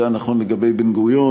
זה היה נכון לגבי בן-גוריון,